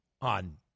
on